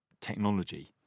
technology